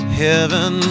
heaven